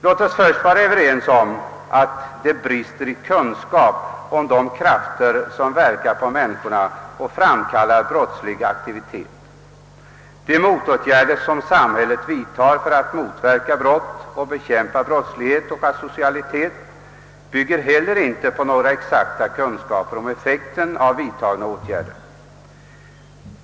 Låt oss först vara överens om att det brister i kunskap om de krafter som verkar på människorna och framkallar brottslig aktivitet. Vad samhället gör för att motverka brott och bekämpa brottslighet och asocialitet bygger heller inte på några exakta kunskaper om effekten av vidtagna åtgärder.